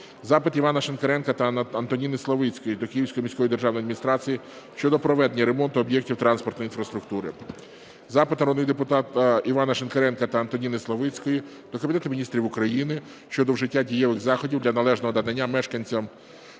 Запит Івана Шинкаренка та Антоніни Славицької до Київської міської державної адміністрації щодопроведення ремонту об'єктів транспортної інфраструктури. Запит народних депутатів Івана Шинкаренка та Антоніни Славицької до Кабінету Міністрів України щодо вжиття дієвих заходів для належного надання мешканцям